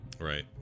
Right